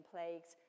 Plagues